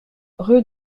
rue